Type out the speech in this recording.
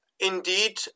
Indeed